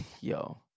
Yo